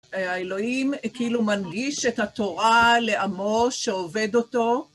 האלוהים כאילו מנגיש את התורה לעמו שעובד אותו.